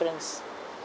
difference